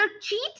cheat